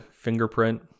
fingerprint